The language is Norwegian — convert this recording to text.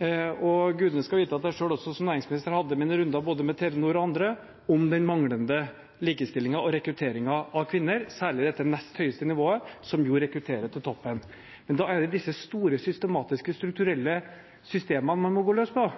Gudene skal vite at jeg selv som næringsminister også hadde mine runder med både Telenor og andre om den manglende likestillingen og rekrutteringen av kvinner, særlig til det nest høyeste nivået, som jo rekrutterer til toppen. Men da er det disse store, systematiske, strukturelle systemene man må gå løs på,